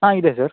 ಹಾಂ ಇದೆ ಸರ್